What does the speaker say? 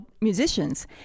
musicians